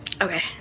Okay